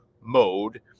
mode